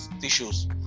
tissues